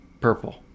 purple